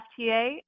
FTA